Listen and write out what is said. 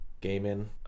gaming